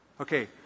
Okay